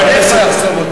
אני מקווה שקודם כול,